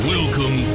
Welcome